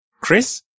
Chris